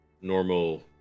normal